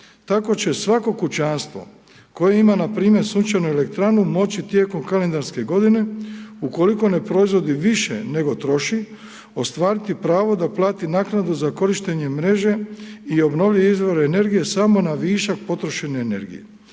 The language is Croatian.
Tko će svako kućanstvo koje ima npr. sunčanu elektranu moći tijekom kalendarske godine ukoliko ne proizvodi više nego troši ostvariti pravo da plati naknadu za korištenje mreže i obnovljive izvore energije samo na višak potrošene energije.